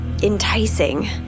enticing